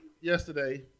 yesterday